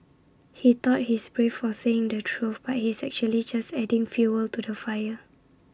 he thought he's brave for saying the truth but he's actually just adding fuel to the fire